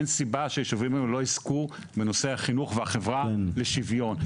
אין סיבה שהישובים האלה לא יזכו בנושא החינוך והחברה לשוויון.